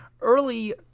early